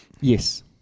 Yes